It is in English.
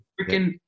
freaking